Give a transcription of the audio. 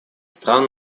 стран